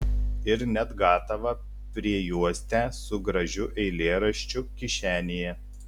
ir net gatavą priejuostę su gražiu eilėraščiu kišenėje